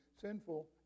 sinful